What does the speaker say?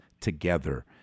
together